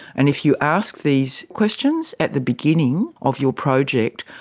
and if you ask these questions at the beginning of your project,